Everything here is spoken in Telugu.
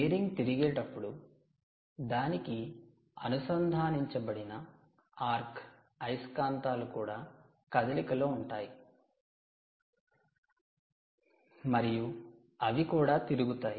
బేరింగ్ తిరిగేటప్పుడు దానికి అనుసంధానించబడిన ఆర్క్ అయస్కాంతాలు కూడా కదలికలో ఉంటాయి మరియు అవి కూడా తిరుగుతాయి